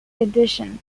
edition